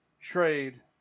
trade